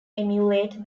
emulate